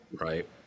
right